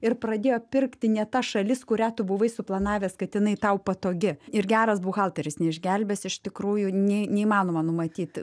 ir pradėjo pirkti ne ta šalis kurią tu buvai suplanavęs kad jinai tau patogi ir geras buhalteris neišgelbės iš tikrųjų ne neįmanoma numatyti